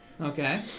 Okay